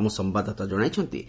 ଆମ ସମ୍ଭାଦଦାତା ଜଣାଇଛନ୍ତି